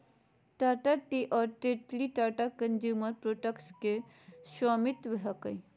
Tata tea और Tetley Tata consumer products के स्वामित्व हकय